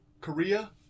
Korea